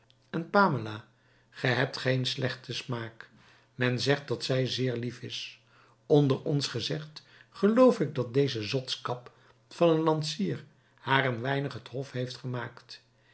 een pamela ge hebt geen slechten smaak men zegt dat zij zeer lief is onder ons gezegd geloof ik dat deze zotskap van een lansier haar een weinig het hof heeft gemaakt